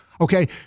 Okay